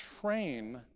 train